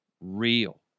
real